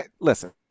listen